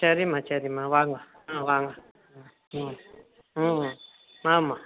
சரிம்மா சரிம்மா வாங்க ஆ வாங்க ம் ம் ஆமாம்